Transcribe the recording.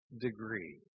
degree